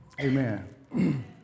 Amen